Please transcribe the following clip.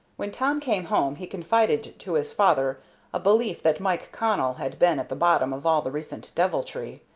when tom came home he confided to his father a belief that mike connell had been at the bottom of all the recent deviltry,